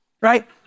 right